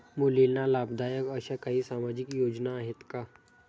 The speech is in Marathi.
मुलींना लाभदायक अशा काही सामाजिक योजना आहेत का?